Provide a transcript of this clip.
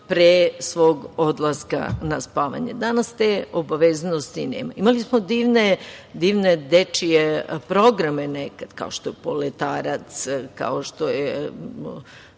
pre svog odlaska na spavanje. Danas te obaveznosti nemaju. Imali smo divne dečije programe nekada kao što je „Poletarac“, kao što je